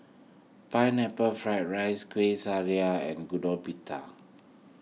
Pineapple Fried Rice Kuih Syara and Gudeg Putih